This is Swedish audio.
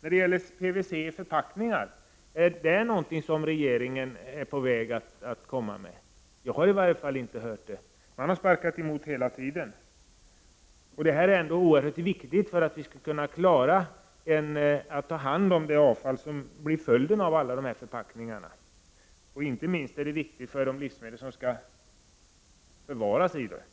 Är regeringen på väg att komma med förslag om förbud mot PVC i förpackningar? Jag har i varje fall inte hört det. Man har stretat emot hela tiden. Detta är ändå oerhört viktigt när det gäller att kunna ta hand om det avfall som blir följden av alla dessa förpackningar — och inte minst är det viktigt för de livsmedel som skall förvaras i förpackningarna.